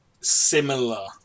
similar